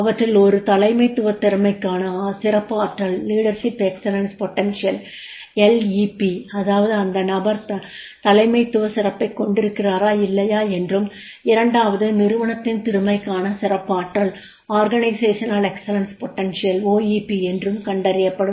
அவற்றில் ஒன்று தலைமைத்துவ திறமைக்கான சிறப்பு ஆற்றல் leadership excellence potential-LEP அதாவது அந்த நபர் தலைமைத்துவ சிறப்பைக் கொண்டிருக்கிறாரா இல்லையா என்றும் இரண்டாவது நிறுவனத்தின் திறமைக்கான சிறப்பு ஆற்றல் என்றும் கண்டறியப்படும்